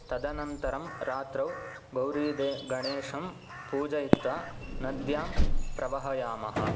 तदनन्तरं रात्रौ गौरीदे गणेशं पूजयित्वा नद्यां प्रवहयामः